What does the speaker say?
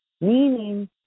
Meaning